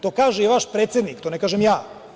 To kaže i vaš predsednik, to ne kažem ja.